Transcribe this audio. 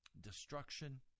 destruction